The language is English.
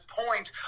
point